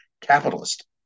capitalist